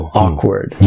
awkward